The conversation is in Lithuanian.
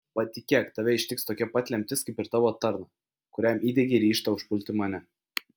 patikėk tave ištiks tokia pat lemtis kaip ir tavo tarną kuriam įdiegei ryžtą užpulti mane